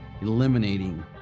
eliminating